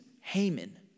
Haman